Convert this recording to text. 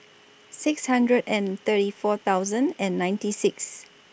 six hundred and thirty four thousand and ninety six